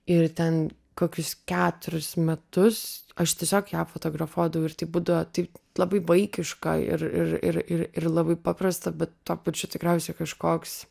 ir ten kokius keturius metus aš tiesiog ją fotografuodavau ir tai būdavo taip labai vaikiška ir ir ir ir ir labai paprasta bet tuo pačiu tikriausiai kažkoks